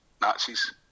nazis